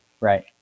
Right